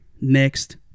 next